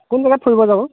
কোন জেগাত ফুৰিব যাব